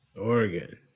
Oregon